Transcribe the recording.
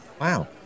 Wow